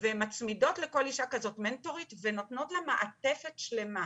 ואנחנו מצמידות לכל אישה כזו מנטורית ונותנות לה מעטפת שלמה.